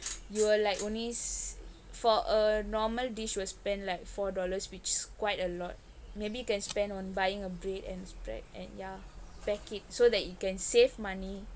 you will like only for a normal dish will spend like four dollars which quite a lot maybe can spend on buying a bread and spread and ya pack it so that you can save money